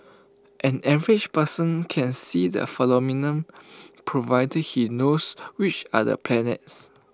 an average person can see the phenomenon provided he knows which are the planets